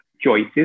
choices